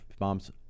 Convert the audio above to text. Mom's